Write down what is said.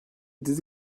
dizi